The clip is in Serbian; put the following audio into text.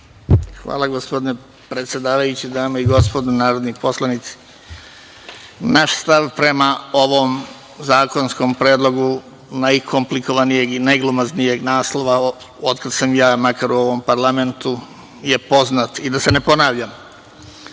Hvala, gospodine predsedavajući. Dame i gospodo narodni poslanici, naš stav prema ovom zakonskom predlogu najkomplikovanijeg i najglomaznijeg naslova, otkad sam ja u ovom parlamentu, je poznat i da se ne ponavljam.